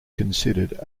considered